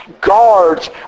guards